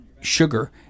sugar